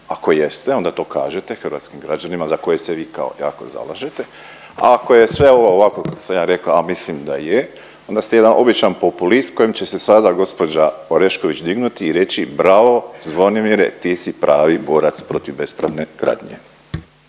Ako jeste onda to kažete hrvatskim građanima za koje se vi kao jako zalažete. Ako je sve ovo ovako kako sam ja rekao, a mislim da je onda ste jedan običan populist kojem će se sada gospođa Orešković dignuti i reći bravo Zvonimire, ti si pravi borac protiv bespravne gradnje!